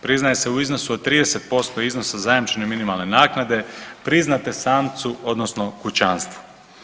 Priznaje se u iznosu od 30% iznosa zajamčene minimalne naknade priznate samcu odnosno kućanstvu.